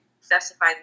specify